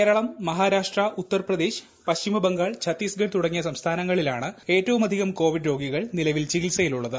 കേരളം മഹാരാഷ്ട്ര ഉത്തർ പ്രദേശ് പശ്ചിമ ബംഗാൾ ഛത്തീസ്ഗഡ് തുടങ്ങിയ സംസ്ഥാനങ്ങളിലാണ് ഏറ്റവുമധികം കോവിഡ് രോഗികൾ നിലവിൽ ചികിത്സയിലുള്ളത്